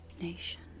nation